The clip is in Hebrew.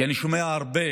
כי אני שומע הרבה